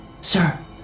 sir